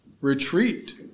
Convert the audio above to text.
retreat